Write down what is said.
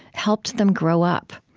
helped them grow up.